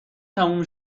تموم